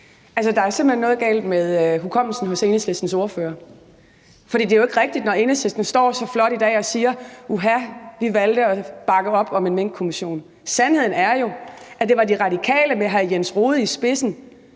hen noget galt med hukommelsen hos Enhedslistens ordfører, for det er jo ikke rigtigt, når Enhedslisten står så flot i dag og siger: Uha, vi valgte at bakke op om en Minkkommission. Sandheden er, at det var De Radikale med hr. Jens Rohde i spidsen,